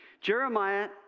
Jeremiah